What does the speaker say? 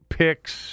picks